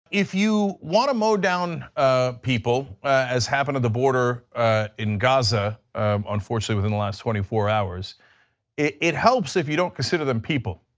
if you want to mow down people as happened at the border in gaza unfortunately within the last twenty four hours it helps if you don't consider them people.